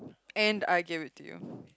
and argue with you